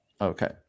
Okay